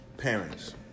Parents